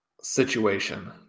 situation